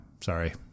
Sorry